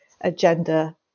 agenda